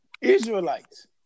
Israelites